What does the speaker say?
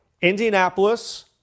Indianapolis